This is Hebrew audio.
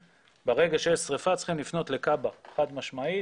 ברגע שיש שריפה צריכים לפנות לכב"ה, חד משמעית.